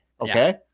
Okay